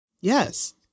Yes